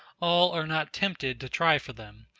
all are not tempted to try for them.